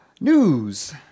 News